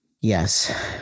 Yes